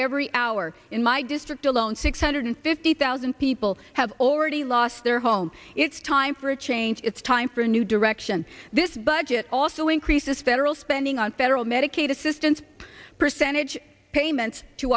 every hour in my district alone six hundred fifty thousand people have already lost their home it's time for a change it's time for a new direction this budget also increases federal spending on federal medicaid assistance percentage payments to